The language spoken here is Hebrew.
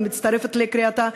ואני מצטרפת לקריאתה.